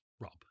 Rob